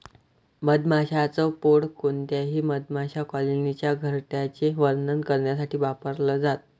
मधमाशांच पोळ कोणत्याही मधमाशा कॉलनीच्या घरट्याचे वर्णन करण्यासाठी वापरल जात